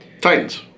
Titans